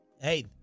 hey